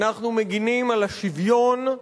אנחנו מגינים על השוויון,